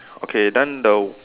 okay then the